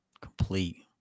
complete